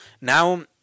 now